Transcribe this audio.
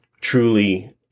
truly